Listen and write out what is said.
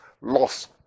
lost